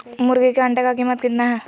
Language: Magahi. मुर्गी के अंडे का कीमत कितना है?